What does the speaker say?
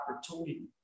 opportunity